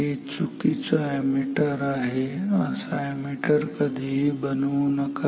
हे चुकीचं अॅमीटर आहे असा अॅमीटर कधीच बनवू नका